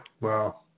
Wow